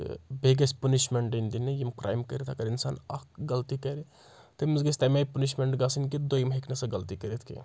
تہٕ بیٚیہِ گژھِ پَنِشمِٮ۪نٛٹ یِنۍ دِنہٕ یِم کرٛایم کٔرِتھ اگر اِنسان اَکھ غَلطی کَرِ تٔمِس گژھِ تَمے پَنِشمِٮ۪نٛٹ گژھٕنۍ کہِ دوٚیِم ہیٚکہِ نہٕ سۄ غلطی کٔرِتھ کینٛہہ